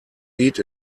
eat